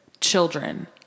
children